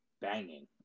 banging